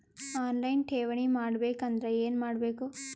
On line ಠೇವಣಿ ಮಾಡಬೇಕು ಅಂದರ ಏನ ಮಾಡಬೇಕು?